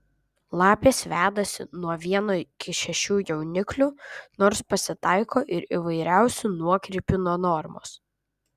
lapės vedasi nuo vieno iki šešių jauniklių nors pasitaiko ir įvairiausių nuokrypių nuo normos